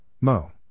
Mo